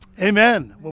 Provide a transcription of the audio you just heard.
Amen